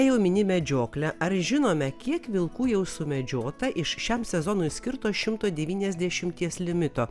jau mini medžioklę ar žinome kiek vilkų jau sumedžiota iš šiam sezonui skirto šimto devyniasdešimties limito